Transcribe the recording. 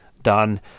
done